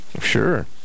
Sure